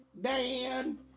Dan